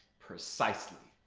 precisely.